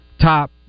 top